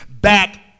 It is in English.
back